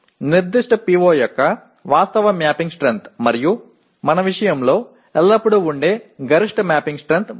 నిర్దిష్ట PO యొక్క వాస్తవ మ్యాపింగ్ స్ట్రెంగ్త్ మరియు మన విషయంలో ఎల్లప్పుడూ ఉండే గరిష్ట మ్యాపింగ్ స్ట్రెంగ్త్ 3